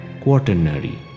Quaternary